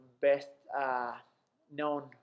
best-known